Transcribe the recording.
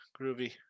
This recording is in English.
Groovy